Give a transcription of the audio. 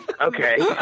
Okay